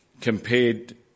compared